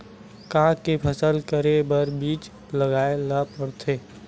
का के फसल करे बर बीज लगाए ला पड़थे?